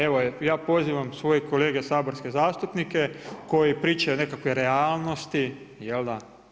Evo, ja pozivam, svoje kolege saborske zastupnike, koji pričaju o nekoj realnosti, jel da.